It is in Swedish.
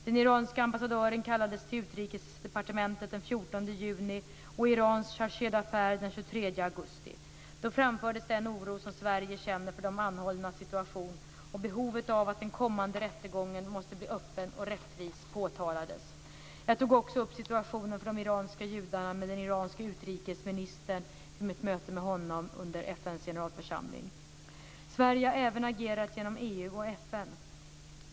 Den iranska ambassadören kallades till Utrikesdepartementet den 14 juni och Irans chargé d'affaires den 23 augusti. Då framfördes den oro som Sverige känner för de anhållnas situation, och behovet av att den kommande rättegången måste bli öppen och rättvis påtalades. Jag tog också upp situationen för de iranska judarna med den iranske utrikesministern vid mitt möte med honom under Sverige har även agerat genom EU och FN.